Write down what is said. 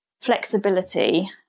flexibility